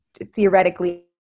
theoretically